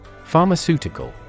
Pharmaceutical